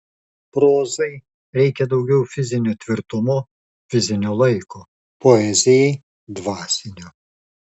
prozai reikia daugiau fizinio tvirtumo fizinio laiko poezijai dvasinio